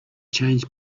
changed